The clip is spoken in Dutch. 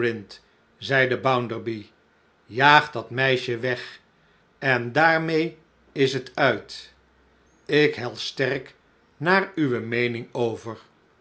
zeide bounderby jaag dat meisje weg en daarmee is het uit ik hel sterk naar uwe meening over